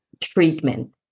treatment